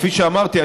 כפי שאמרתי,